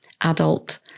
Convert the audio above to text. adult